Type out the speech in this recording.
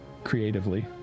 creatively